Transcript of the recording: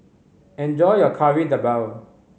enjoy your Kari Debal